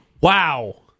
Wow